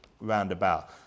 roundabout